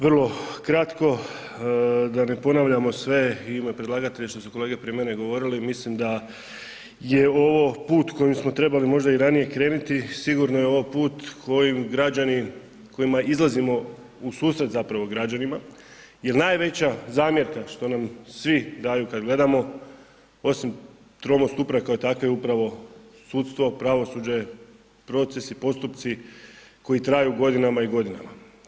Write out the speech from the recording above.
Vrlo kratko, da ne ponavljamo sve i u ime predlagatelja što su kolege prije mene govorili, mislim da je ovo put kojim smo trebali možda i ranije krenuti, sigurno je ovo put kojim građani kojima izlazimo u susret zapravo građanima jer najveća zamjerka što nam svo daju kad gledamo, osim tromosti uprave kao takve je upravo sudstvo, pravosuđem procesi, postupci koji traju godinama i godinama.